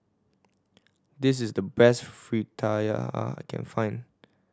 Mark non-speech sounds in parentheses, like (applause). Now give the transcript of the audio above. this is the best (unintelligible) I can find